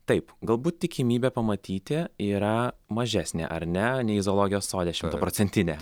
taip galbūt tikimybė pamatyti yra mažesnė ar ne nei zoologijos sode šimtaprocentinė